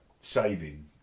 saving